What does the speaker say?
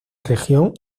región